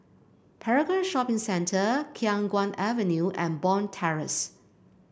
Paragon Shopping Centre Khiang Guan Avenue and Bond Terrace